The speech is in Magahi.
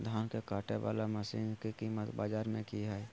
धान के कटे बाला मसीन के कीमत बाजार में की हाय?